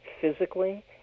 physically